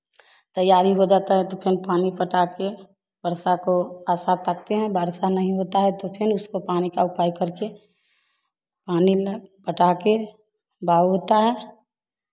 तैयारी हो जाता है तो फिर पानी पटा कर वर्षा को आशा ताकते है वर्षा नहीं होता है तो फिर उसको पानी का उपाय करके पानी ला पटाकर बाऊ होता है